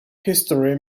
history